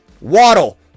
Waddle